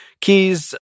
keys